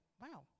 wow